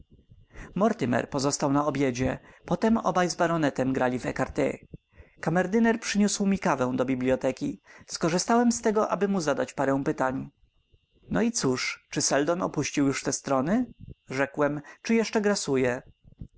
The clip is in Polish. mortimer pozostał na obiedzie potem obaj z baronetem grali w cart kamerdyner przyniósł mi kawę do biblioteki skorzystałem z tego aby mu zadać parę pytań no i cóż czy seldon opuścił już te strony rzekłem czy jeszcze grasuje